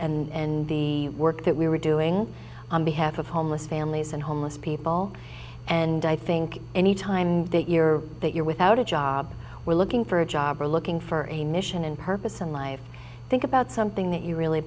groups and the work that we were doing on behalf of homeless families and homeless people and i think any time that you're that you're without a job we're looking for a job or looking for a mission and purpose in life think about something that you really